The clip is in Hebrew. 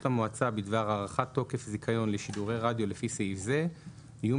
המועצה בדבר הארכת תוקף זיכיון לשידורי רדיו לפי סעיף זה יהיו